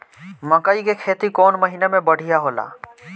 मकई के खेती कौन महीना में बढ़िया होला?